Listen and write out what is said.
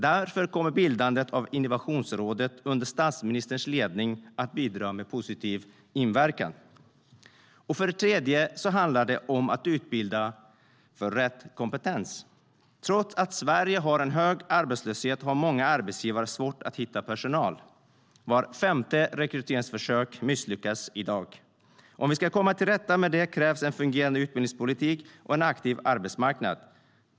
Därför kommer bildandet av Innovationsrådet under statsministerns ledning att bidra med positiv inverkan. För det tredje handlar det om att utbilda för rätt kompetens. Trots att Sverige har en hög arbetslöshet har många arbetsgivare svårt att hitta personal. Vart femte rekryteringsförsök misslyckas i dag. Om vi ska komma till rätta med det krävs en fungerande utbildningspolitik och en effektiv arbetsmarknad.